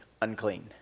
unclean